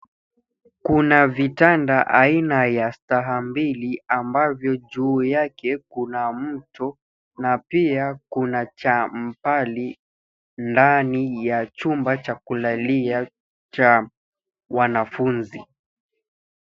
Kuna vitanda aina ya staha mbili ambavyo juu yake kuna mto na pia kuna champali ndani ya chumba cha kulalia cha wanafunzi.